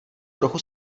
trochu